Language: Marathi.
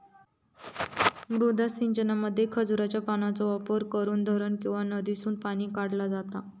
मुद्दा सिंचनामध्ये खजुराच्या पानांचो वापर करून धरण किंवा नदीसून पाणी काढला जाता